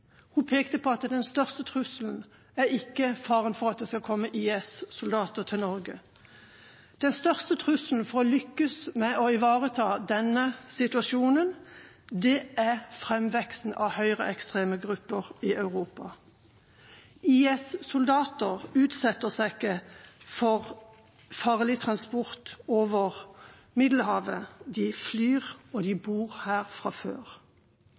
Hun pekte på at den største trusselen ikke er faren for at det skal komme IS-soldater til Norge. Den største trusselen mot å lykkes med å ivareta denne situasjonen er framveksten av høyreekstreme grupper i Europa. IS-soldater utsetter seg ikke for farlig transport over Middelhavet. De flyr, og de bor her fra før.